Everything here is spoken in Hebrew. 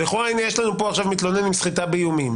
והנה יש לנו פה עכשיו מתלונן עם סחיטה באיומים.